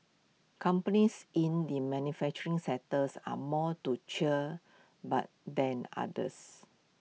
companies in the manufacturing sectors are more to cheer about than others